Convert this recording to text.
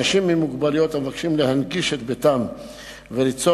אנשים עם מוגבלויות המבקשים להנגיש את ביתם וליצור